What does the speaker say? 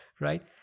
right